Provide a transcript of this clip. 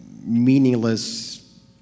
meaningless